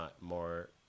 more